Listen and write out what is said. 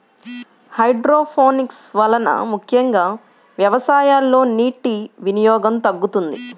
hydroponics వలన ముఖ్యంగా వ్యవసాయంలో నీటి వినియోగం తగ్గుతుంది